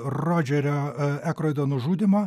rodžerio ekroido nužudymo